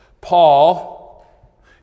Paul